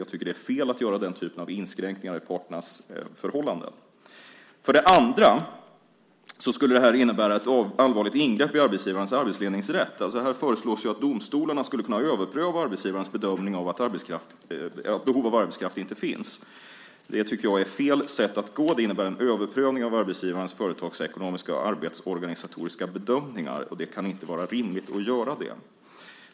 Jag tycker att det är fel att göra den typen av inskränkningar i parternas förhållande. Vidare skulle det här innebära ett allvarligt ingrepp i arbetsgivarens arbetsledningsrätt. Här föreslås ju att domstolarna skulle kunna överpröva arbetsgivarens bedömning av att behov av arbetskraft inte finns. Det tycker jag är fel sätt att gå. Det innebär en överprövning av arbetsgivarens företagsekonomiska och arbetsorganisatoriska bedömningar, och det kan inte vara rimligt att göra det.